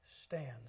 stands